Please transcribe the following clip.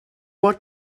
what